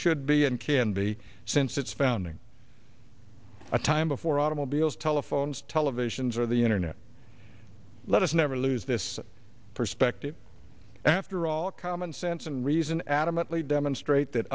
should be and can be since its founding a time before automobiles telephones televisions or the internet let us never lose this perspective after all common sense and reason adamantly demonstrate that